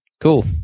Cool